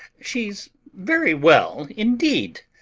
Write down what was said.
she's very well indeed,